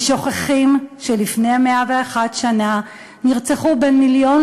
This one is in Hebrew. ושוכחים שלפני 101 שנה נרצחו בין מיליון